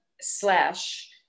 slash